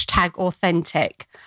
Authentic